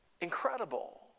incredible